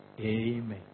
Amen